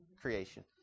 creation